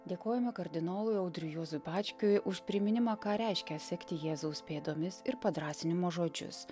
dėkojame kardinolui audriui juozui bačkiui už priminimą ką reiškia sekti jėzaus pėdomis ir padrąsinimo žodžius